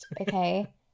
okay